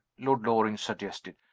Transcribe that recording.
lord loring suggested.